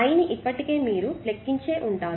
I ని ఇప్పటికే మీరు లెక్కించే ఉంటారు